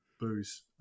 booze